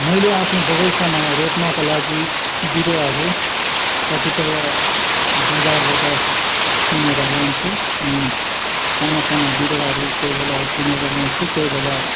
मैले आफ्नो बगैँचामा रोप्नको लागि बिरुवाहरू कतिपय बजारबाट किनेर लान्छु अनि साना साना बिरुवाहरू कोही बेला किनेर लान्छु कोही बेला